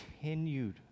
continued